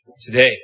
today